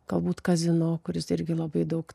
galbūt kazino kuris irgi labai daug